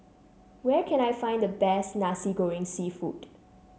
where can I find the best Nasi Goreng seafood